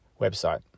website